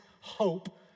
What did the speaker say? hope